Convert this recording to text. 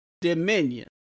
dominion